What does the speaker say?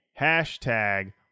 Hashtag